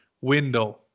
window